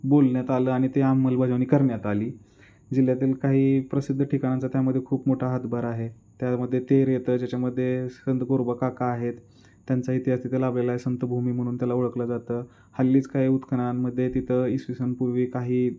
बोलण्यात आलं आणि ते अंमलबजावणी करण्यात आली जिल्ह्यातील काही प्रसिद्ध ठिकणांचा त्यामध्ये खूप मोठा हातभार आहे त्यामध्ये त येतं ज्याच्यामध्ये संत गुरबाकाका आहेत त्यांचा इतिहास तिथे लाभलेला आहे संतभूमी म्हणून त्याला ओळखलं जातं हल्लीच काही उत्खननांमध्ये तिथं ईसवीसनापूर्वी काही